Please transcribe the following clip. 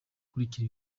ukurikira